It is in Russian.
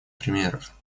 примеров